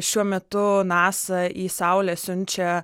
šiuo metu nasa į saulę siunčia